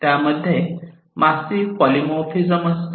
त्यामध्ये मध्ये massive polymorphism असते